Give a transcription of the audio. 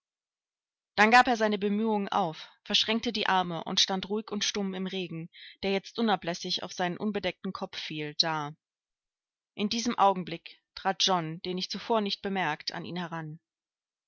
dann gab er seine bemühungen auf verschränkte die arme und stand ruhig und stumm im regen der jetzt unablässig auf seinen unbedeckten kopf fiel da in diesem augenblick trat john den ich zuvor nicht bemerkt an ihn heran